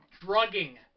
drugging